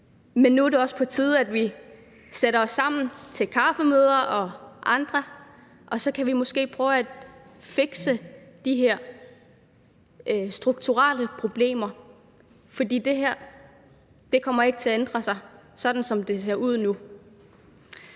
Men nu er det også på tide, at vi sætter os sammen til kaffemøder og andet, og så kan vi måske prøve at fikse de her strukturelle problemer, for det her kommer ikke til at ændre sig, sådan som det ser ud nu.